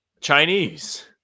chinese